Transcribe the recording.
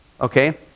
Okay